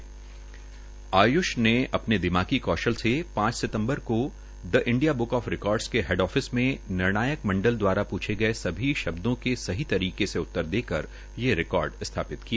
इस बच्चे ने अपने दिमागी कौशल से पांच सितम्बर को the India book of records के हेड आफिस में निर्णायक मंडल दवारा प्रछे गए सभी शब्दों का सही तरीके से उत्तर देकर यह रिकार्ड सथापित किया